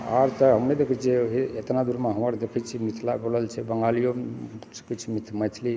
आओर तऽ हम नहि देखैत छियै एतना दूरमऽ हमर देखैत छियै मिथिला बोलल छै बंगालिओ किछु किछु मैथिली